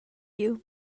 you